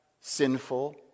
sinful